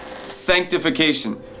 sanctification